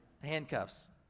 handcuffs